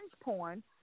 porn